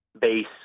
base